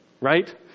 right